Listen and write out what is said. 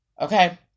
okay